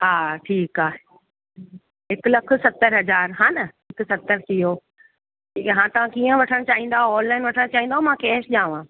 हा ठीकु आहे हिक लख सत्तरि हज़ार हा न हिक सत्तरि थी वियो ठीकु आहे हा तव्हां कीअं वठण चाहींदव ऑनलाइन वठण चाहींदव मां कैश ॾियांव